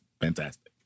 fantastic